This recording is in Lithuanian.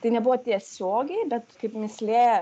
tai nebuvo tiesiogiai bet kaip mįslė